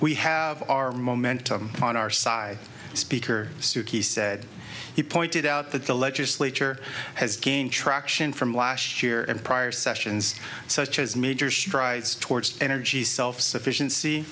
we have our momentum on our side speaker suki said he pointed out that the legislature has gained traction from last year and prior sessions such as major strides towards energy self sufficien